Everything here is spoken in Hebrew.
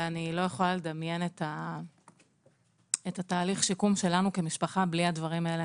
ואני לא יכולה לדמיין את תהליך השיקום שלנו כמשפחה בלי הדברים האלה.